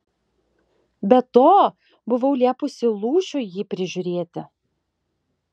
be to buvau liepusi lūšiui jį prižiūrėti